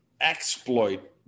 exploit